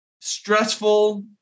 stressful